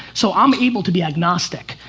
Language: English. so i'm able to be agnostic.